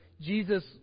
Jesus